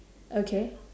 okay